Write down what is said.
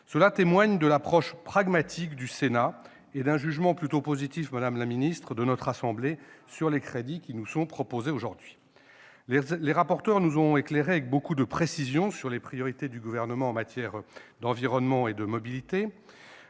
Cela témoigne de l'approche pragmatique du Sénat et d'un jugement plutôt positif de notre assemblée sur les crédits proposés. Les rapporteurs nous ont éclairés avec beaucoup de précision sur les priorités du Gouvernement en matière d'environnement et de mobilité.